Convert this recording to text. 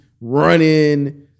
running